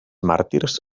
màrtirs